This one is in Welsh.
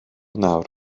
nawr